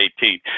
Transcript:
18